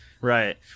right